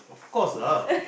of course lah